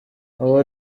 abo